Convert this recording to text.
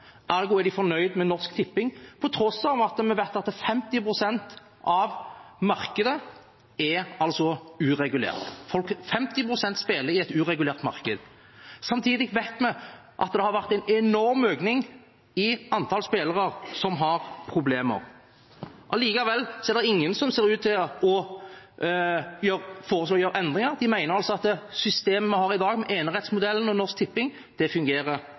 er man fornøyd med Norsk Tipping, på tross av at vi vet at 50 pst. av markedet er uregulert, at 50 pst. spiller i et uregulert marked. Samtidig vet vi at det har vært en enorm økning i antall spillere som har problemer. Allikevel er det ingen som ser ut til å foreslå å gjøre endringer. De mener altså at systemet vi har i dag, med enerettsmodellen og Norsk Tipping, fungerer utmerket. Det fungerer